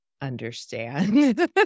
understand